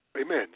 Amen